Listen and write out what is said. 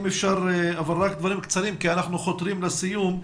אם אפשר רק דברים קצרים כי אנחנו חותרים לסיום.